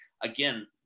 again